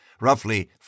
roughly